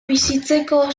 bizitzeko